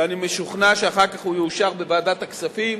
ואני משוכנע שאחר כך הוא יאושר בוועדת הכספים